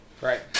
right